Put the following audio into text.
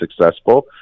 successful